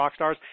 Rockstars